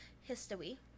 history